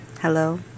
hello